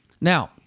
now